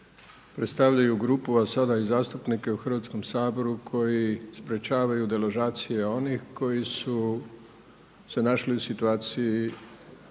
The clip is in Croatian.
predstavljaju grupu, a sada i zastupnike u Hrvatskom saboru koji sprečavaju deložacije onih koji su se našli u situaciji